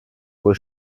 wohl